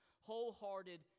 wholehearted